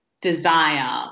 desire